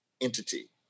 entity